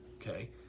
okay